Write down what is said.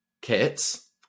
kits